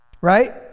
Right